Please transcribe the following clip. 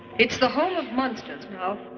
it's the home of monsters now.